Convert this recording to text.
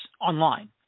online